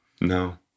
No